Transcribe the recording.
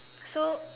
so